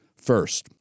first